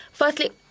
Firstly